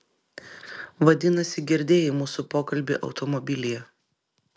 vadinasi girdėjai mūsų pokalbį automobilyje